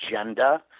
agenda